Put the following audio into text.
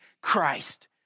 Christ